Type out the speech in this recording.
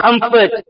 comfort